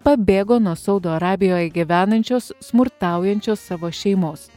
pabėgo nuo saudo arabijoje gyvenančios smurtaujančios savo šeimos